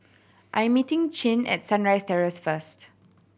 I am meeting Chin at Sunrise Terrace first